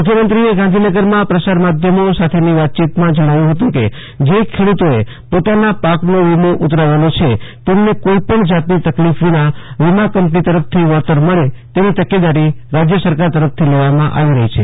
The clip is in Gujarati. મુખ્યમંત્રીએ ગાંધીનગરમાં પ્રસાર માધ્યમો સાથેની વાતચીતમાં જણાવ્યું હતું કે જે ખેડૂતોએ પોતાના પાકનો વીમો ઉતરાવેલો છે તેનો કોઈપણ જાતની તકલીફ વિના વીમા કંપની તરફથી વળતર મળે તેની તકેદારી રાજ્ય સરકાર તરફથી લેવામાં આવી રહી છે